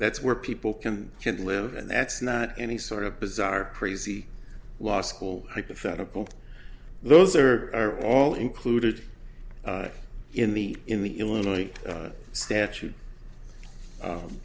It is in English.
that's where people can can't live and that's not any sort of bizarre crazy law school hypothetical those are are all included in the in the illinois statute